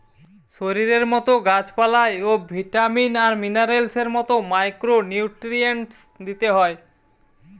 শরীরের মতো গাছ পালায় ও ভিটামিন আর মিনারেলস এর মতো মাইক্রো নিউট্রিয়েন্টস দিতে হয়